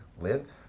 live